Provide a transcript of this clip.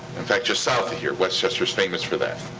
in fact, just south of here, westchester's famous for that.